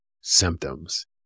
symptoms